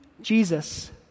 Jesus